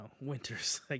winters